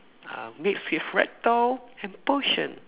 uh mix with reptile and potion